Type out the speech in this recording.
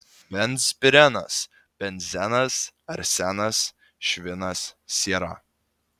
benzpirenas benzenas arsenas švinas siera